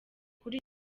kuri